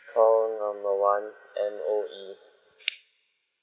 call number one M_O_E